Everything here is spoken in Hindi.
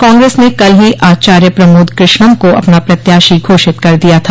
काग्रेस ने कल ही आचार्य प्रमोद कृष्णम को अपना प्रत्याशी घोषित कर दिया था